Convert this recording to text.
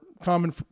common